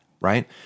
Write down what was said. right